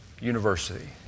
University